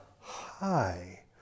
high